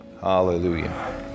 Hallelujah